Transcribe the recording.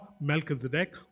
Melchizedek